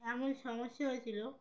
এমন সমস্যা হয়েছিল